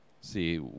see